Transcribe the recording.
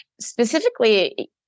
Specifically